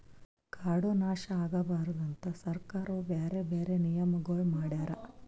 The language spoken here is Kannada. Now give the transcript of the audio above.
ಕಾಡು ನಾಶ ಆಗಬಾರದು ಅಂತ್ ಸರ್ಕಾರವು ಬ್ಯಾರೆ ಬ್ಯಾರೆ ನಿಯಮಗೊಳ್ ಮಾಡ್ಯಾರ್